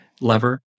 lever